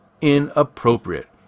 inappropriate